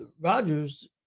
rogers